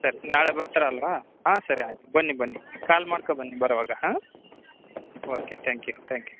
ಸರಿ ನಾಳೆ ಬರ್ತಾರಲ್ಲವಾ ಹಾಂ ಸರಿ ಆಯಿತು ಬನ್ನಿ ಬನ್ನಿ ಕಾಲ್ ಮಾಡ್ಕೋ ಬನ್ನಿ ಬರುವಾಗ ಹಾಂ okay thank you thank you